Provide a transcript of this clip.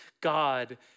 God